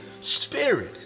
Spirit